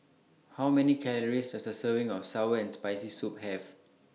How Many Calories Does A Serving of Sour and Spicy Soup Have